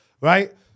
Right